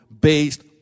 based